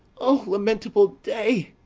o lamentable day!